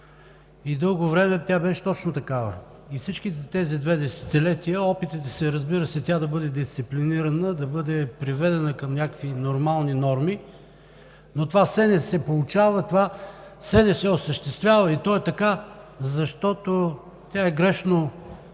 Дълго време тя беше точно такава. През тези две десетилетия опитите тя да бъде дисциплинирана, да бъде приведена към някакви нормални норми, разбира се, това все не се получава и все не се осъществява. То е така, защото тя е грешно